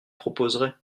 proposerais